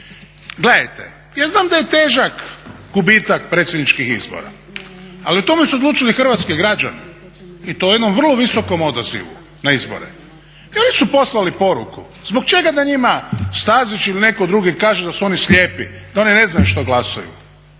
Gledajte, ja znam da je težak gubitak predsjedničkih izbora, ali o tome su odlučili hrvatski građani i to u jednom vrlo visokom odazivu na izbore. I oni su poslali poruku. Zbog čega da njima Stazić ili netko drugi kaže da su oni slijepi, da oni ne znaju što glasaju?